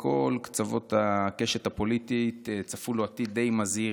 מכל קצוות הקשת הפוליטית צפו לו עתיד די מזהיר,